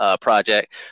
project